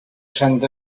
sant